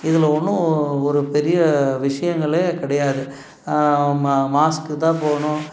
இதில் ஒன்றும் ஒரு பெரிய விஷயங்களே கிடையாது மா மாஸ்க்கு தான் போகணும்